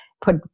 Put